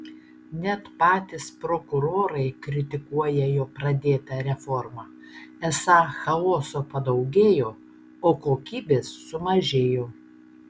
net patys prokurorai kritikuoja jo pradėtą reformą esą chaoso padaugėjo o kokybės sumažėjo